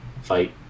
fight